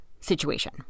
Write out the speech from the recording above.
situation